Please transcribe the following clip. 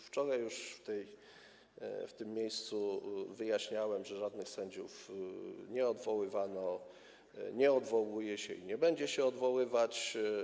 Wczoraj już w tym miejscu wyjaśniałem, że żadnych sędziów nie odwoływano, nie odwołuje się i nie będzie się odwoływać.